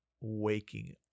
Waking